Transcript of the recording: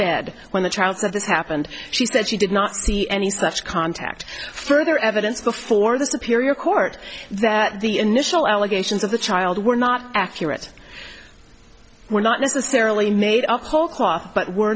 bed when the child for this happened she said she did not see any such contact further evidence before the superior court that the initial allegations of the child were not accurate were not necessarily made up whole cloth but were